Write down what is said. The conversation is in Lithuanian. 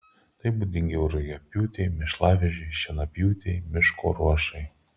tai būdingiau rugiapjūtei mėšlavežiui šienapjūtei miško ruošai